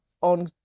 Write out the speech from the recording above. on